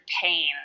pain